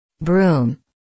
Broom